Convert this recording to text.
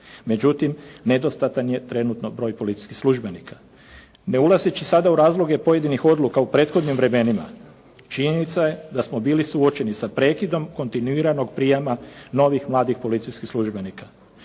Međutim, nedostatan je trenutno broj policijskih službenika. Ne ulazeći sada u razloge pojedinih odluka u prethodnim vremenima, činjenica je da smo bili suočeni sa prekidom kontinuiranog prijama novih mladih policijskih službenika.